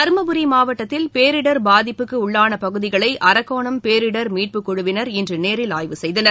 தருமபுரி மாவட்டத்தில் பேரிடர் பாதிப்புக்குள்ளான பகுதிகளை அரக்கோணம் பேரிடர் மீட்புக்குழுவினர் இன்று நேரில் ஆய்வு செய்தனர்